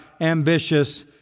ambitious